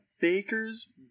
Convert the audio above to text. baker's